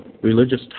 religious